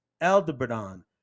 Aldebaran